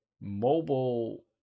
mobile